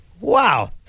Wow